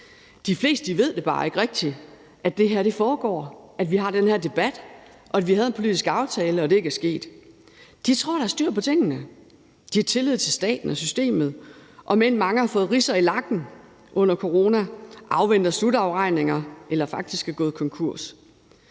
De fleste ved bare ikke rigtig, at det her foregår, at vi har den her debat, og at vi havde en politisk aftale, og at det ikke er sket. De tror, der er styr på tingene. De har tillid til staten og systemet, om end den hos mange har fået ridser i lakken under corona, og de afventer slutafregninger eller er faktisk gået konkurs.